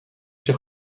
się